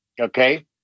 okay